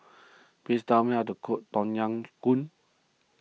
please tell me how to cook Tom Yam Goong